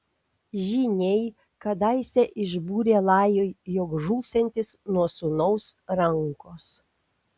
žyniai kadaise išbūrė lajui jog žūsiantis nuo sūnaus rankos